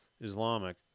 Islamic